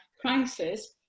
crisis